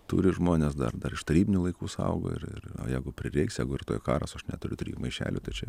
turi žmonės dar dar iš tarybinių laikų saugo ir ir o jeigu prireiks jeigu rytoj karas aš neturiu trijų maišelių tai čia